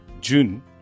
June